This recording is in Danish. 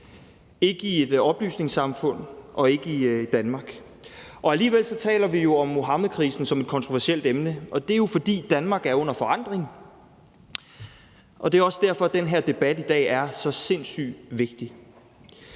ikke i et oplysningssamfund og ikke i Danmark. Alligevel taler vi om Muhammedkrisen som et kontroversielt emne, og det er jo, fordi Danmark er under forandring, og det er også derfor, den her debat i dag er så sindssygt vigtig.